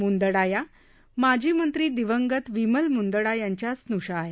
मुंदडा या माजी मंत्री दिवंगत विमल मुंदडा यांच्या स्नुषा आहेत